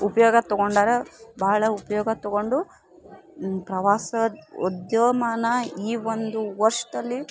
ಉಪಯೋಗ ತಗೊಂಡರ ಬಹಳ ಉಪಯೋಗ ತೊಗೊಂಡು ಪ್ರವಾಸದ ಉದ್ಯೋಮಾನ ಈ ಒಂದು ವರ್ಷದಲ್ಲಿ